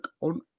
on